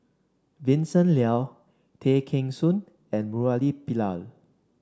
Vincent Leow Tay Kheng Soon and Murali Pillai